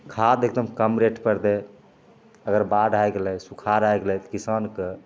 खाद एकदम कम रेटपर दै अगर बाढ़ि आइ गेलै सुखाड़ आइ गेलै तऽ किसानकेँ